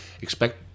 expect